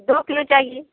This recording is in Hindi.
दो किलो चाहिए